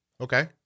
Okay